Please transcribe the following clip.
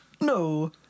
No